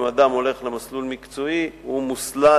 כביכול, אם אדם הולך למסלול מקצועי, הוא מוסלל